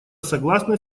согласны